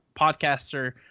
podcaster